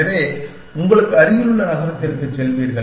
எனவே உங்களுக்கு அருகிலுள்ள நகரத்திற்குச் செல்வீர்கள்